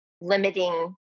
limiting